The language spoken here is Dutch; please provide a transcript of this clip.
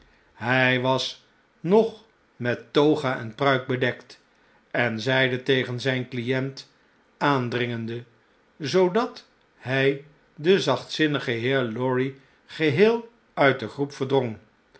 hjj was nog met toga en pruik bedekt en zeide tegen zijn client aandringende zoodat hi den zachtzinnigen heer lorry geheel uit de groep verdrong